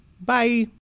bye